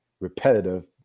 repetitive